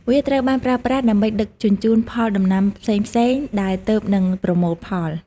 វាត្រូវបានប្រើប្រាស់ដើម្បីដឹកជញ្ជូនផលដំណាំផ្សេងៗដែលទើបនឹងប្រមូលផល។